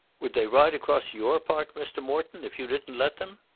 would they ride across your park, mr. morton, if you didn't let them?